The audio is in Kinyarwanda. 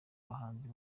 bahanzi